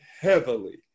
heavily